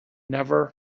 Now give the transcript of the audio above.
never